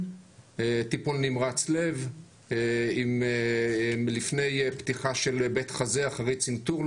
טיפול נמרץ לב עם לפני פתיחה של בית חזה אחרי צנתור,